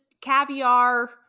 caviar